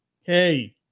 hey